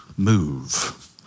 Move